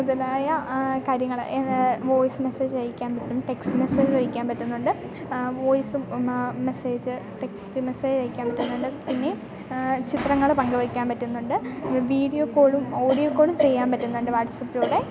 മുതലായ കാര്യങ്ങൾ voice message അയക്കാൻ പറ്റും ടെക്സ്റ്റ് മെസ്സേജ് അയക്കാൻ പറ്റുന്നുണ്ട് വോയിസും മെസ്സേജ് ടെക്സ്റ്റ് മെസ്സേജ് അയക്കാൻ പറ്റുന്നുണ്ട് പിന്നെ ചിത്രങ്ങൾ പങ്കു വയ്ക്കാൻ പറ്റുന്നുണ്ട് വീഡിയോ കോളും ഓഡിയോ കോളും ചെയ്യാൻ പറ്റുന്നുണ്ട് വാട്സപ്പിലൂടെ